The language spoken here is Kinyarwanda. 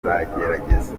nzagerageza